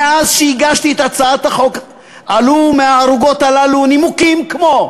מאז שהגשתי את הצעת החוק עלו מהערוגות האלה נימוקים כמו: